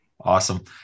awesome